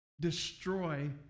destroy